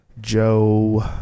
Joe